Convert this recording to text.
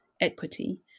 equity